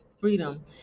Freedom